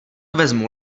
vezmu